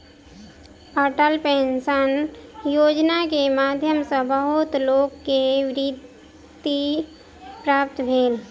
अटल पेंशन योजना के माध्यम सॅ बहुत लोक के वृत्ति प्राप्त भेल